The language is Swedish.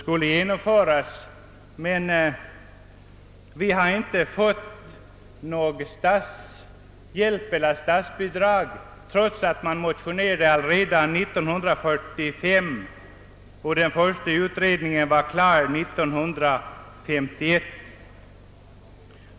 Vi har emellertid inte fått statsbidrag till att genomföra något sådant, trots att det motionerades i frågan redan 1945 och den första utredningen var klar 1951.